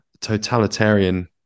totalitarian